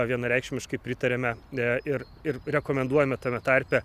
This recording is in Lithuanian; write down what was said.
vienareikšmiškai pritariame ir ir rekomenduojame tame tarpe